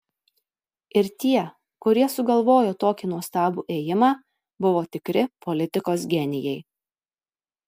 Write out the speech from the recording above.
ir tie kurie sugalvojo tokį nuostabų ėjimą buvo tikri politikos genijai